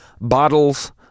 bottles